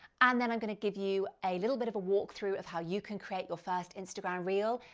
and then i'm gonna give you a little bit of a walkthrough of how you can create your first instagram reel.